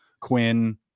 Quinn